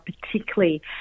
particularly